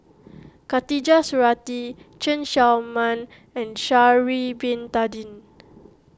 Khatijah Surattee Chen Show Mao and Sha'ari Bin Tadin